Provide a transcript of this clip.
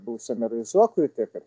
buvusiam merui zuokui tiek